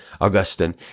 Augustine